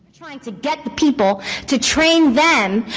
trying to get the people to train then.